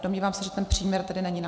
Domnívám se, že ten příměr tedy není na